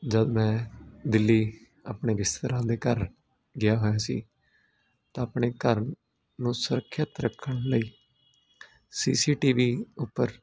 ਜਦ ਮੈਂ ਦਿੱਲੀ ਆਪਣੇ ਰਿਸ਼ਤੇਦਾਰਾਂ ਦੇ ਘਰ ਗਿਆ ਹੋਇਆ ਸੀ ਤਾਂ ਆਪਣੇ ਘਰ ਨੂੰ ਸੁਰੱਖਿਅਤ ਰੱਖਣ ਲਈ ਸੀ ਸੀ ਟੀ ਵੀ ਉੱਪਰ